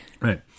right